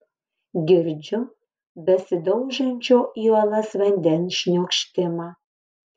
girdžiu besidaužančio į uolas vandens šniokštimą